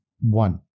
One